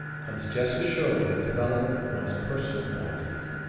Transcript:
comes just as surely the development of one's personal qualities.